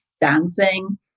dancing